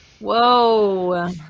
Whoa